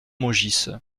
maugis